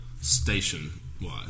station-wise